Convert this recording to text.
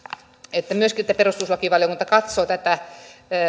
että myöskin perustuslakivaliokunta katsoo tätä